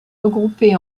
regroupés